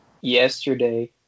yesterday